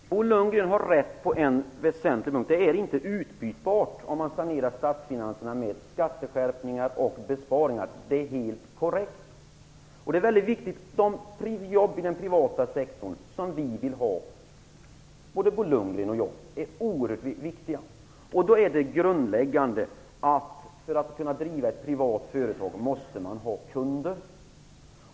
Herr talman! Bo Lundgren har rätt på en väsentlig punkt. Att sanera statsfinanserna med skatteskärpningar är inte utbytbart mot att sanera med besparingar. Det är helt korrekt. De jobb i den privata sektorn som både Bo Lundgren och jag vill ha är oerhört viktiga. För att man skall kunna driva ett privat företag måste det finnas kunder. Det är grundläggande.